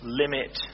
limit